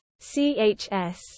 Chs